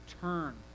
turn